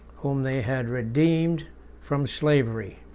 whom they had redeemed from slavery.